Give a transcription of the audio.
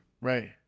right